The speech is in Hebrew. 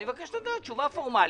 אני מבקש לדעת תשובה פורמלית.